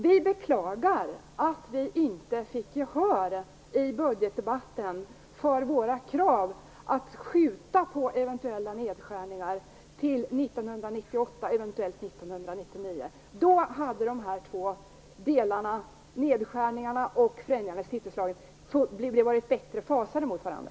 Vi beklagar att vi inte fick gehör i budgetdebatten för våra krav att skjuta på eventuella nedskärningar till 1998 eller eventuellt 1999. Då hade nedskärningarna och förändringarna i stiftelselagen varit bättre fasade mot varandra.